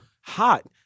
hot